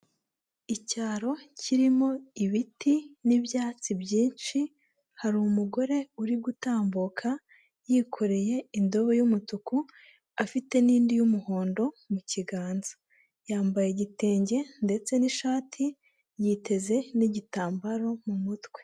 Icyaro kirimo ibiti n'ibyatsi byinshi, hari umugore uri gutambuka, yikoreye indobo y'umutuku, afite n'indi y'umuhondo mu kiganza. Yambaye igitenge ndetse n'ishati, yiteze n'igitambaro mu mutwe.